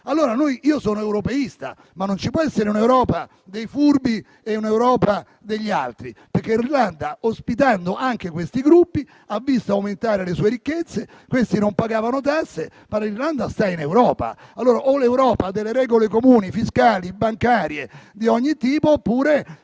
Io sono europeista, ma non ci può essere un'Europa dei furbi e un'Europa degli altri, perché l'Irlanda, ospitando anche questi gruppi, ha visto aumentare le sue ricchezze; questi non pagavano tasse, ma l'Irlanda fa parte dell'Europa; allora, o l'Europa ha delle regole comuni a livello fiscale, bancario e di ogni tipo, oppure